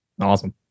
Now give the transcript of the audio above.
Awesome